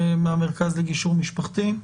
מהמרכז לגישור משפחתי.